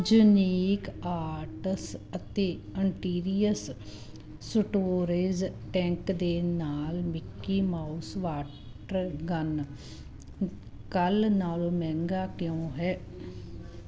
unique arts ਅਤੇ interiors storage tank ਦੇ ਨਾਲ ਮਿਕੀ ਮਾਊਸ ਵਾਟਰ ਗਨ ਕੱਲ੍ਹ ਨਾਲੋਂ ਮਹਿੰਗਾ ਕਿਉਂ ਹੈ